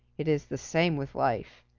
it is the same with life.